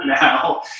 now